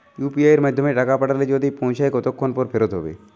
UPI য়ের মাধ্যমে টাকা পাঠালে যদি না পৌছায় কতক্ষন পর ফেরত হবে?